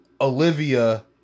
Olivia